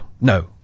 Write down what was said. No